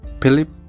Philip